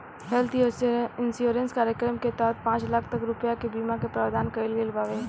health insurance कार्यक्रम के तहत पांच लाख तक रुपिया के बीमा के प्रावधान कईल गईल बावे